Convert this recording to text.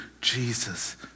Jesus